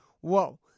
Whoa